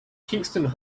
kingston